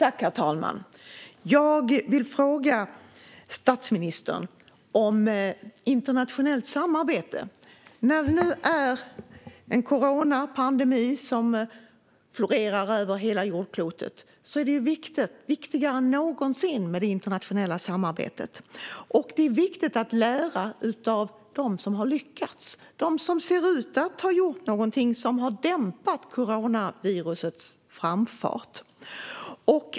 Herr talman! Jag vill fråga statsministern om internationellt samarbete. När det nu råder en coronapandemi som florerar över hela jordklotet är det viktigare än någonsin med det internationella samarbetet. Det är viktigt att lära av dem som har lyckats, det vill säga de som ser ut att ha gjort något som har dämpat coronavirusets framfart.